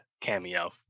cameo